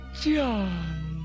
John